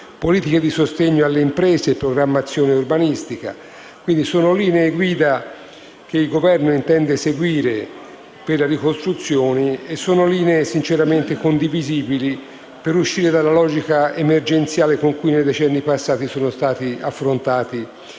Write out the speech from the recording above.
politiche di sostegno alle imprese e programmazione urbanistica. Sono linee guida che il Governo intende seguire per la ricostruzione e sono linee sinceramente condivisibili per uscire dalla logica emergenziale con cui nei decenni passati sono stati affrontati